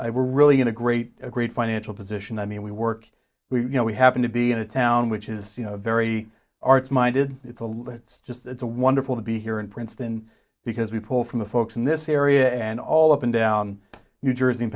planning we're really in a great great financial position i mean we work we you know we happen to be in a town which is very arts minded it's a let's just it's a wonderful to be here in princeton because we pull from the folks in this area and all up and down new jersey